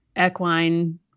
equine